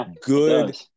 good